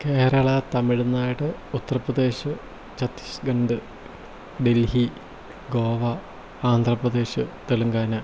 Kerala Tamil Nadu Uttar Pradesh Chhattisgarh Delhi Goa Andhra Pradesh Telangana